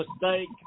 mistake